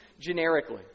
generically